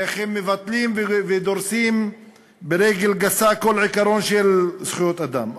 איך הם מבטלים ודורסים ברגל גסה כל עיקרון של זכויות אדם.